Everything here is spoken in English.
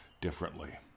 differently